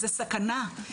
זה סכנה,